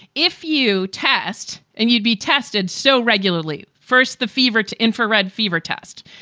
if you test and you'd be tested so regularly. first, the fever to infrared fever test,